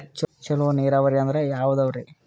ಚಲೋ ನೀರಾವರಿ ಅಂದ್ರ ಯಾವದದರಿ?